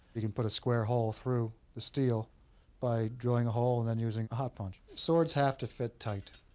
you can put a square hole through the steel by drilling a hole and then using a hot punch, swords have to fit tight.